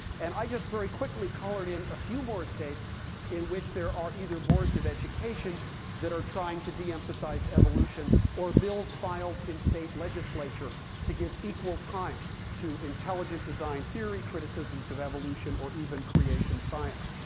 and i just very quickly colored in a few more states in which there are either boards of education that are trying to de-emphasize evolution or bills filed in state legislature to give equal time to intelligent design theory, criticisms of evolution, or even creation science.